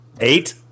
Eight